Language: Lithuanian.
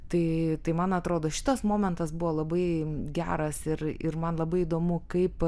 tai tai man atrodo šitas momentas buvo labai geras ir ir man labai įdomu kaip